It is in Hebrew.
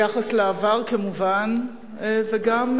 ביחס לעבר, כמובן, וגם